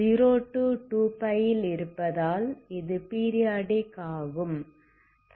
0 2π ல் இருப்பதால் இது பீரியாடிக் ஆகும்